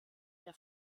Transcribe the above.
der